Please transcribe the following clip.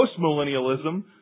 postmillennialism